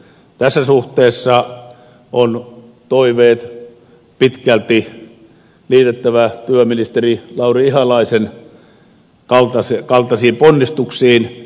tässä suhteessa on toiveet pitkälti liitettävä työministeri lauri ihalaisen toimien kaltaisiin ponnistuksiin